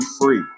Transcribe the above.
free